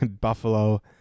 Buffalo